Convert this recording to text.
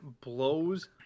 blows